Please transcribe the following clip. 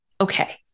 okay